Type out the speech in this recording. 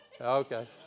Okay